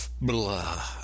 blah